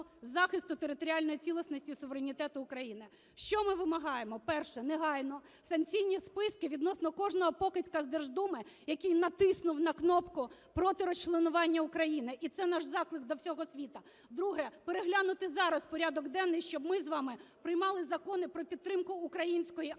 захисту територіальної цілісності суверенітету України. Що ми вимагаємо? Перше. Негайно санкційні списки відносно кожного покидька з Держдуми, який натисну на кнопку проти розчленування України. І це наш заклик до всього світу. Друге. Переглянути зараз порядок денний, щоб ми з вами приймали закони про підтримку української армії,